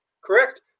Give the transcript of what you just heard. Correct